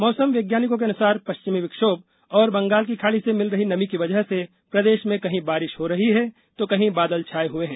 मौसम वैज्ञानिकों के अनुसार पश्चिमी विक्षोभ और बंगाल की खाड़ी से मिल रही नमी की वजह से प्रदेश में कहीं बारिश हो रही है तो कहीं बादल छाए हुए हैं